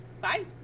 bye